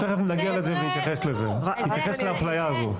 תכף נגיע לזה ונתייחס לאפליה הזאת.